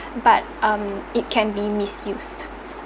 but um it can be misused